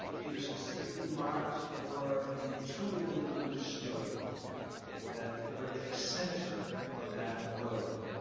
either specifically marked, or intuitively understood that there is a center of that road.